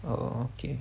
oh okay